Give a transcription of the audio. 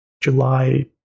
July